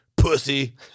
pussy